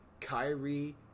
Kyrie